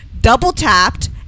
double-tapped